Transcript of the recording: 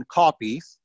copies